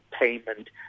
payment